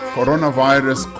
Coronavirus